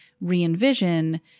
re-envision